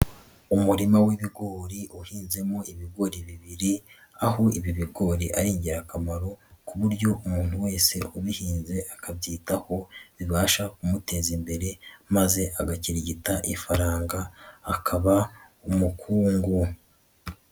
Umurima w'ibigori uhinzemo ibigori bibiri aho ibi bigori ari ingirakamaro ku buryo umuntu wese ubihinze akabyitaho bibasha kumuteza imbere maze agakirigita ifaranga akaba umukungu.